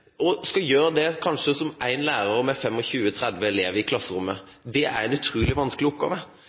og skal gjøre det kanskje som én lærer med 25–30 elever i klasserommet. Det er en utrolig vanskelig oppgave.